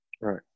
Right